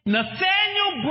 Nathaniel